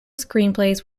screenplays